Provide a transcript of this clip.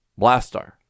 Blastar